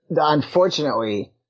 Unfortunately